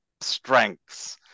strengths